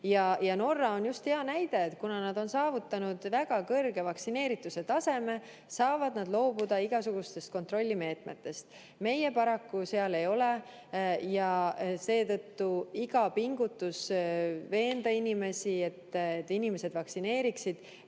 Norra on hea näide. Kuna nad on saavutanud väga kõrge vaktsineerituse taseme, saavad nad loobuda igasugustest kontrollimeetmetest. Meie paraku seal ei ole ja seetõttu iga pingutus veenda inimesi, et nad vaktsineeriksid,